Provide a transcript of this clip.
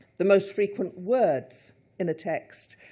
the most frequent words in a text.